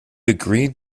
agreed